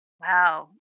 wow